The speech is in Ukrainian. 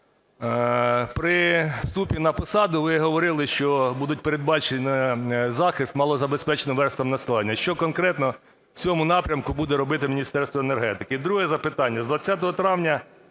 При вступі на посаду ви говорили, що буде передбачено захист малозабезпеченим верствам населення. Що конкретно в цьому напрямку буде робити Міністерство енергетики? І друге запитання. З 20 травня